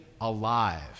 alive